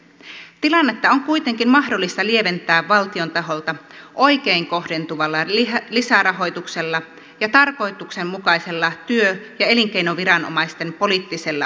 tilannetta on kuitenkin mahdollista lieventää valtion taholta oikein kohdentuvalla lisärahoituksella ja tarkoituksenmukaisella työ ja elinkeinoviranomaisten poliittisella ohjauksella